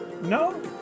no